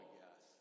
yes